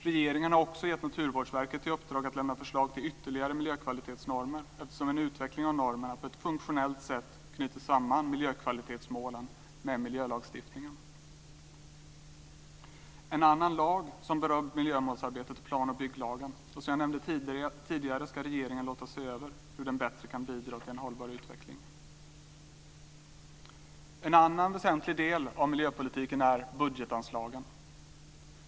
Regeringen har också gett Naturvårdsverket i uppdrag att lämna förslag till ytterligare miljökvalitetsnormer eftersom en utveckling av normerna på ett funktionellt sätt knyter samman miljökvalitetsmålen med miljölagstiftningen. En annan lag som berör miljömålsarbetet är planoch bygglagen. Som jag nämnde tidigare ska regeringen låta se över hur den bättre kan bidra till en hållbar utveckling. En annan väsentlig del av miljöpolitiken är budgetanslagen.